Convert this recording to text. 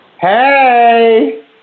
Hey